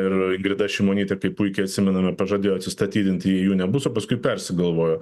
ir ingrida šimonytė kaip puikiai atsimename pažadėjo atsistatydinti jei jų nebus o paskui persigalvojo